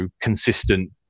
consistent